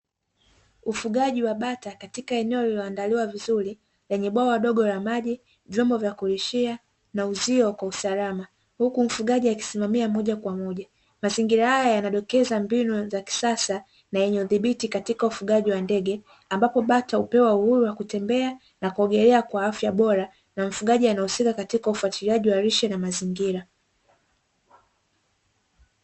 Ufugaji wa bata katika eneo lililoandaliwa vizuri lenye bwawa dogo la maji, vyombo vya kulishia na uzio kwa usalama; huku mfugaji akisimamia moja kwa moja. Mazingira haya yanadokeza mbinu za kisasa na yenye udhibiti katika ufugaji wa ndege, ambapo bata hupewa uhuru wa kutembea na kuogelea kwa afya bora na mfugaji anahusika katika ufuatiliaji wa lishe na mazingira.